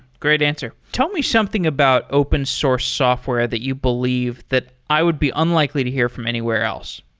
great answer tell me something about open source software that you believe that i would be unlikely to hear from anywhere else.